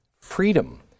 Freedom